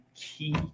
Key